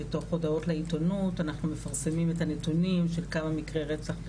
בתוך הודעות לעיתונות אנחנו מפרסמים את הנתונים של כמה מקרי רצח,